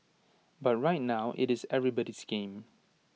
but right now IT is everybody's game